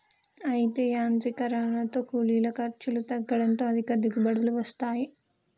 అయితే యాంత్రీకరనతో కూలీల ఖర్చులు తగ్గడంతో అధిక దిగుబడులు వస్తాయి